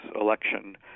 election